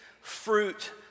fruit